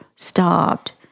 stopped